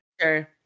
sure